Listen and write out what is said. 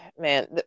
Man